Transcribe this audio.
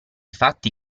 fatti